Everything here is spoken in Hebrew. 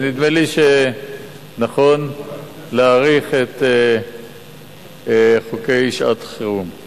נדמה לי שנכון להאריך את חוקי שעת-חירום.